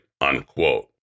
unquote